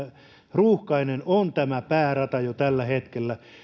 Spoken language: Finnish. ruuhkainen päärata on jo tällä hetkellä